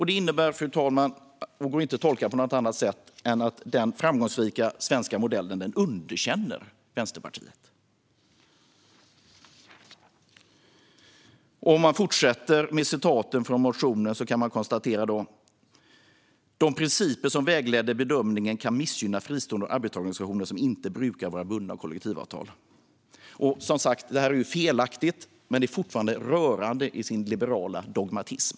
Det innebär, fru talman, och går inte att tolka på något annat sätt än att Vänsterpartiet underkänner den framgångsrika svenska modellen. Om jag fortsätter med citaten från motionen kan man konstatera: "De principer som vägleder bedömningen kan missgynna fristående arbetstagarorganisationer som inte brukar vara bundna av kollektivavtal." Det är felaktigt, men det är fortfarande rörande i sin liberala dogmatism.